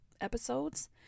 episodes